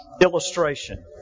illustration